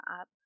up